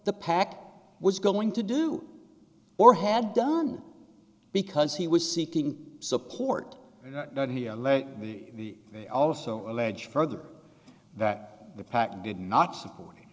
the pack was going to do or had done because he was seeking support the they also allege further that the pac did not support